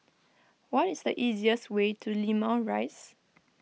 what is the easiest way to Limau Rise